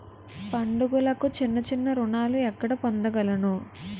పండుగలకు చిన్న చిన్న రుణాలు ఎక్కడ పొందగలను?